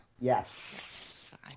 Yes